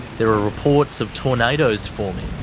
there are reports of tornadoes forming,